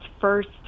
first